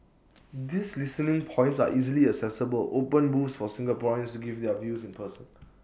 these listening points are easily accessible open booths for Singaporeans to give their views in person